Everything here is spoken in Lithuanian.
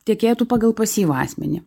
tekėtų pagal pasyvų asmenį